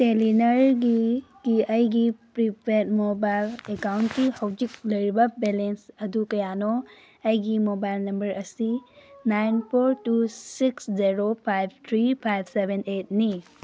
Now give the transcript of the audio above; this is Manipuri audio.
ꯇꯦꯂꯦꯅꯔꯒꯤ ꯑꯩꯒꯤ ꯄ꯭ꯔꯤꯄꯦꯠ ꯃꯣꯕꯥꯏꯜ ꯑꯦꯛꯀꯥꯎꯟꯀꯤ ꯍꯧꯖꯤꯛ ꯂꯩꯔꯤꯕ ꯕꯦꯂꯦꯟꯁ ꯑꯗꯨ ꯀꯌꯥꯅꯣ ꯑꯩꯒꯤ ꯃꯣꯕꯥꯏꯜ ꯅꯝꯕꯔ ꯑꯁꯤ nine four two six zero five three five seven ꯑꯦꯠꯅꯤ